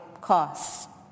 costs